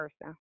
person